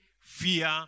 fear